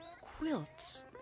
quilts